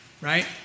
Right